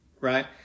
right